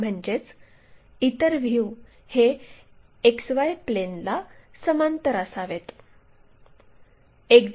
म्हणजेच इतर व्ह्यू हे XY प्लेनला समांतर असावेत